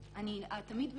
אני תמיד שואלת,